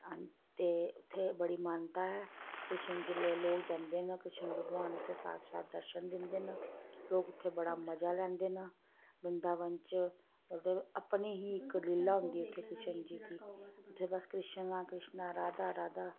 हां ते उत्थें बड़ी मानता ऐ कृष्ण जेल्लै लोक जंदे न कृष्ण भगवान उत्थें साक्षात दर्शन दिंदे न लोक उत्थें बड़ा मज़ा लैंदे न वृंदावन च उद्धर अपनी ही इक लीली होंदी कृष्ण जी दी इत्थें बस कृष्णा कृष्णा राधा राधा